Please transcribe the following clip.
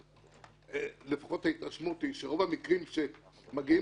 לפחות ההתרשמות היא שרוב המקרים שמגיעים